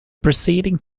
preceding